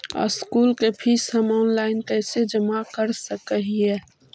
School के fees हम online कैसे जमा कर सक हिय?